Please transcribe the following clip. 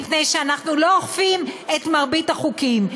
מפני שאנחנו לא אוכפים את מרבית החוקים,